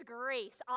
grace